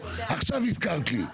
עכשיו הזכרת לי,